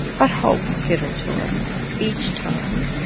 but hope given to her each time.